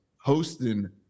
hosting